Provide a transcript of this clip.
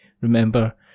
Remember